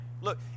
Look